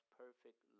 perfect